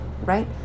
right